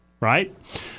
right